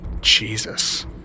Jesus